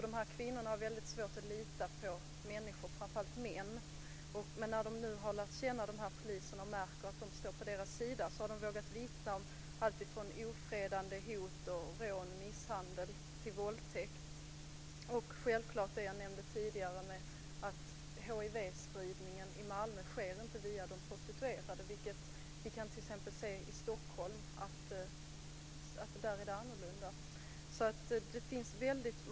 De här kvinnorna har väldigt svårt att lita på människor, framför allt män. Men när de har lärt känna poliserna och märkt att de står på kvinnornas sida har de vågat vittna om alltifrån ofredande, hot, rån och misshandel till våldtäkt. Dessutom, vilket jag också nämnde tidigare, sker inte hiv-spridningen i Malmö via de prostituerade, såsom är fallet i t.ex. Stockholm.